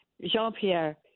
Jean-Pierre